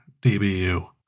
DBU